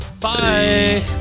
Bye